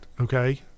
okay